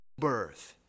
birth